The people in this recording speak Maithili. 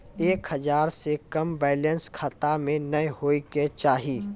एक हजार से कम बैलेंस खाता मे नैय होय के चाही